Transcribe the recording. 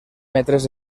metres